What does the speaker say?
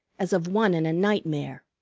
as of one in a nightmare.